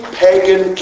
pagan